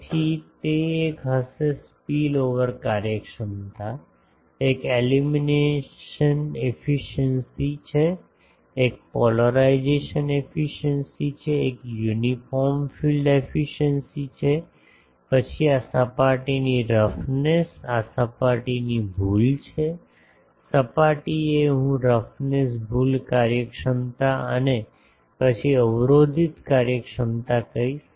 તેથી તે એક હશે સ્પીલઓવર કાર્યક્ષમતા એક એલ્યુમિનેશન એફિસિએંસી છે એક પોલરાઈસેશન એફિસિએંસી છે એક યુનિફોર્મ ફિલ્ડ એફિસિએંસી છે પછી આ સપાટીની રફનેસ આ સપાટીની ભૂલ છે સપાટી એ હું રફનેસ ભૂલ કાર્યક્ષમતા અને પછી અવરોધિત કાર્યક્ષમતા કહીશ